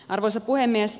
arvoisa puhemies